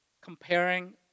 Comparing